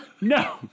No